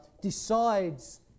decides